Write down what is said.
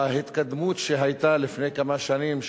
ההתקדמות שהיתה לפני כמה שנים,